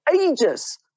ages